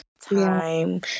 time